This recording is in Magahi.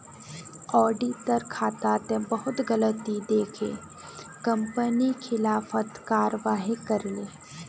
ऑडिटर खातात बहुत गलती दखे कंपनी खिलाफत कारवाही करले